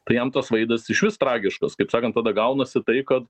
tai jam tas vaizdas išvis tragiškos kaip sakant tada gaunasi taip kad